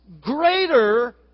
greater